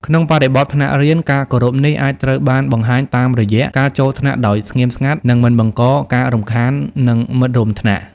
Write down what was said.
ក្នុងបរិបទថ្នាក់រៀន ការគោរពនេះអាចត្រូវបានបង្ហាញតាមរយៈការចូលថ្នាក់ដោយស្ងៀមស្ងាត់ និងមិនបង្កការរំខាននឹងមិត្តរួមថ្នាក់។